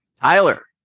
Tyler